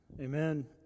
Amen